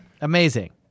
Amazing